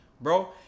bro